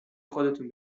خودتون